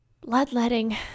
Bloodletting